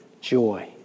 joy